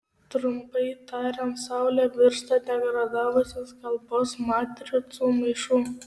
trumpai tariant saulė virsta degradavusios kalbos matricų maišu